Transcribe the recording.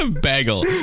Bagel